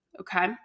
Okay